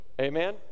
Amen